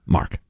Mark